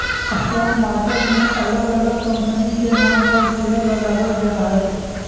stock market मे अलग अलग कंपनी के नाम पर शेयर लगावल जा हय